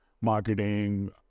marketing